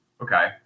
okay